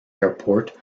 airport